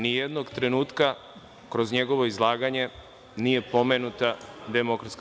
Ni jednog trenutka kroz njegovo izlaganje nije pomenuta DS.